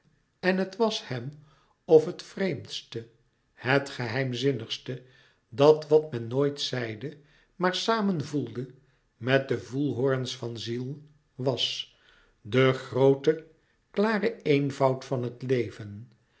en het was hem of het vreémdste het geheimzinnigste dat wat men nooit zeide maar samen voelde met de voelhorens van ziel was de groote klare eenvoud van het leven